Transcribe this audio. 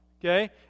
okay